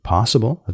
possible